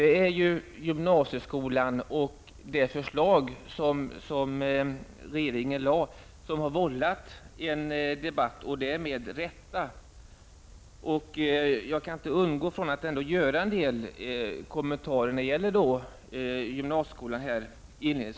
Det är ju gymnasieskolan och det förslag som regeringen har lagt fram som, med rätta, har vållat debatt. Jag kan därför inte låta bli att inledningsvis göra några kommentarer om gymnasieskolan.